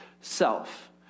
self